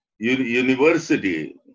university